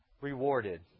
rewarded